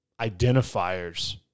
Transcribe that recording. identifiers